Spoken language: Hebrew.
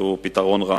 שהוא פתרון רע.